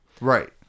Right